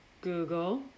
Google